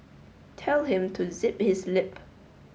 tell him to zip his lip